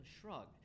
shrug